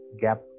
gap